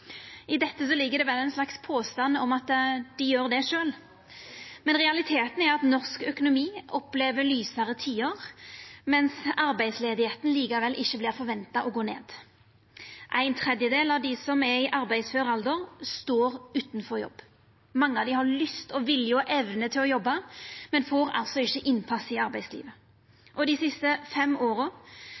I dette ligg det berre ein slags påstand om at dei gjer det sjølve, men realiteten er at norsk økonomi opplever lysare tider, mens arbeidsløysa likevel ikkje er venta å gå ned. Ein tredjedel av dei som er i arbeidsfør alder, står utanfor jobb. Mange av dei har lyst, vilje og evne til å jobba, men får ikkje innpass i arbeidslivet. Dei siste fem åra,